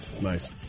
Nice